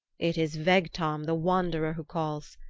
it is vegtam the wanderer who calls.